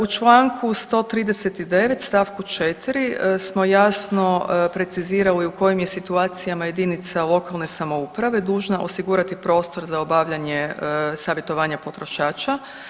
U članku 139. stavku 4. smo jasno precizirali u kojim je situacijama jedinica lokalne samouprave dužna osigurati prostor za obavljanje savjetovanja potrošača.